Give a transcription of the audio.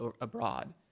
abroad